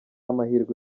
amahirwe